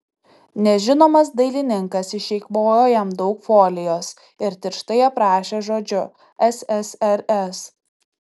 nežinomas dailininkas išeikvojo jam daug folijos ir tirštai aprašė žodžiu ssrs